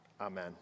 amen